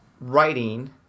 writing